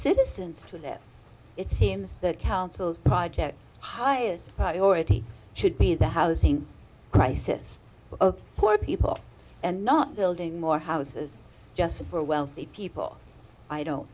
citizens to that it seems that councils project highest priority should be the housing crisis for people and not building more houses just for wealthy people i don't